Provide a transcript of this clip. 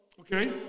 Okay